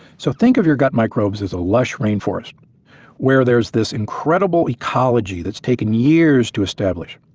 so think of your gut microbes as a lush rainforest where there's this incredible ecology that's taken years to establish.